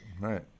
Right